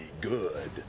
good